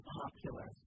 popular